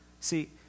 See